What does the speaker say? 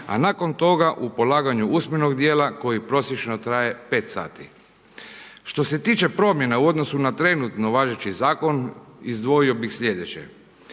a nakon toga u polaganju usmenog djela koji prosječno traje 5 sati. Što se tiče promjena u odnosu na trenutno važeći zakon, izdvojio bih slijedeće.